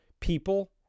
people